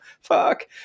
fuck